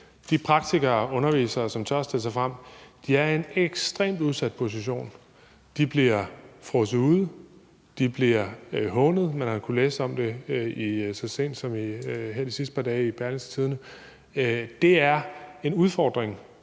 de praktikere og undervisere, som tør stille sig frem, er i en ekstremt udsat position. De bliver frosset ud, og de bliver hånet – man har så sent som her i de sidste par dage kunnet læse om det i Berlingske – og det er en udfordring,